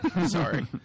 Sorry